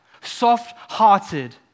soft-hearted